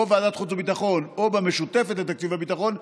ועדת חוץ וביטחון או במשותפת לתקציב הביטחון,